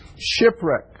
shipwreck